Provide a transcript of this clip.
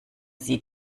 sie